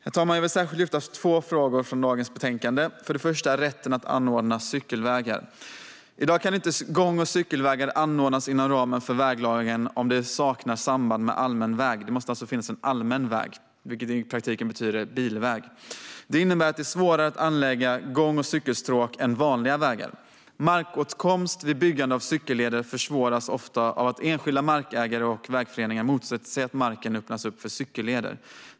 Jag vill särskilt lyfta fram två frågor i dagens betänkande. För det första handlar det om rätten att anordna cykelvägar. I dag kan inte gång och cykelvägar anordnas inom ramen för väglagen om de saknar samband med allmän väg. Det måste alltså finnas en allmän väg, vilket i praktiken innebär en bilväg. Det betyder att det är svårare att anlägga gång och cykelstråk än vanliga vägar. Markåtkomst vid byggande av cykelleder försvåras ofta av att enskilda markägare och vägföreningar motsätter sig att marken öppnas upp för cykelleder.